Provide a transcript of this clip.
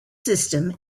system